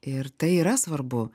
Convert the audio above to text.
ir tai yra svarbu